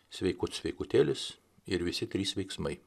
sveikut sveikutėlis ir visi trys veiksmai